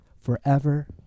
forever